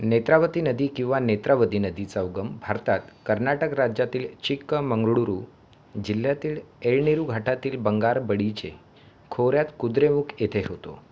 नेत्रावति नदी किंवा नेत्रावदी नदीचा उगम भारतात कर्नाटक राज्यातील चिक्कमंगळुरु जिल्ह्यातील एळनीरु घाटातील बंगारबळीगे खोऱ्यात कुद्रेमुख येथे होतो